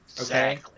Okay